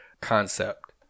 concept